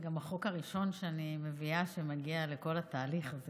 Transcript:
זה גם החוק הראשון שאני מביאה שמגיע לכל התהליך הזה,